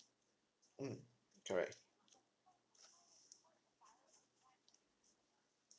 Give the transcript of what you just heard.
mm correct